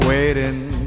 Waiting